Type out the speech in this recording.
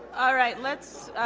alright let's